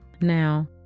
Now